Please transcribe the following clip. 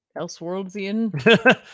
elseworldsian